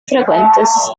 frecuentes